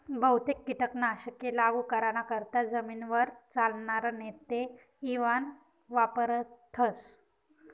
बहुतेक कीटक नाशके लागू कराना करता जमीनवर चालनार नेते इवान वापरथस